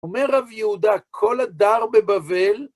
אומר רבי יהודה, כל הדר בבבל